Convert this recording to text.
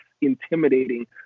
intimidating